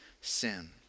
sin